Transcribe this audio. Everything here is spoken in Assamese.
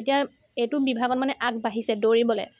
এতিয়া এইটো বিভাগত মানে আগবাঢ়িছে দৌৰিবলৈ